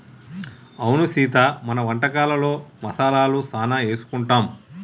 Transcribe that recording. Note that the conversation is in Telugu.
అవును సీత మన వంటకాలలో మసాలాలు సానా ఏసుకుంటాం